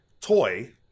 toy